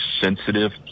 sensitive